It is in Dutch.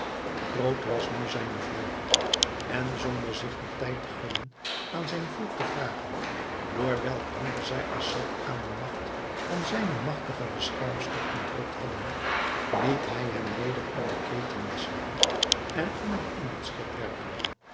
groot was nu zijne vreugde en zonder zich den tijd te gunnen aan zijn volk te vragen door welk wonder zij assad aan de magt van zijne magtige beschermster ontrukt hadden liet hij hem weder in ketenen slaan en onder in het schip werpen